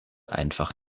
einfach